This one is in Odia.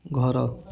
ଘର